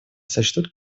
сочтут